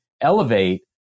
elevate